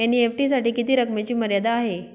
NEFT साठी किती रकमेची मर्यादा आहे?